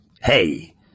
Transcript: Hey